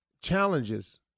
challenges